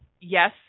Yes